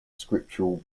scriptural